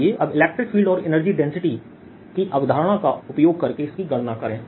आइए अब electric field और एनर्जी डेंसिटी की अवधारणा का उपयोग करके इसकी गणना करें